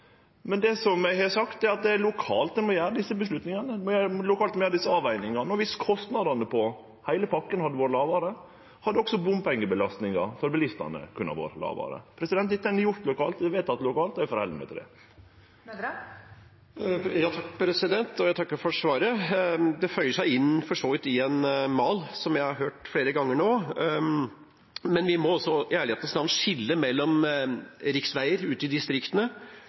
det, men det eg har sagt, er at det er lokalt ein må ta desse avgjerdene. Det er lokalt ein må gjere desse avvegingane, og dersom kostnadene for heile pakka hadde vore lågare, hadde også bompengebelastninga for bilistane kunne vore lågare. Dette har ein gjort lokalt. Det er vedteke lokalt, og eg held meg til det. Jeg takker for svaret. Det føyer seg for så vidt inn i en mal, som jeg har hørt flere ganger nå, men vi må i ærlighetens navn skille mellom riksveier ute i